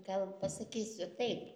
gal pasakysiu taip